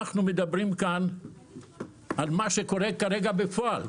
אנחנו מדברים כאן על מה שקורה כרגע בפועל.